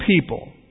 people